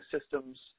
systems